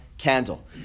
candle